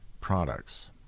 products